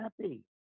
happy